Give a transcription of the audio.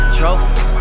trophies